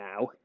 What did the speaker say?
now